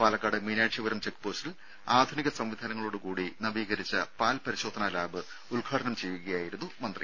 Palakkad Meenakshipuram check പോസ്റ്റിൽ ആധുനിക സംവിധാനങ്ങളോടുകൂടി നവീകരിച്ച പാൽ പരിശോധനാ ലാബ് ഉദ്ഘാടനം ചെയ്യുകയായിരുന്നു മന്ത്രി